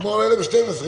נגמור הלילה ב-24:00,